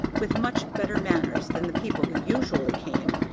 with much better manners than the people who usually came,